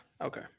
Okay